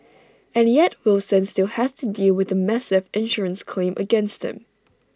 and yet Wilson still has to deal with A massive insurance claim against him